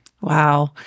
Wow